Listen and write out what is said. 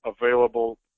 available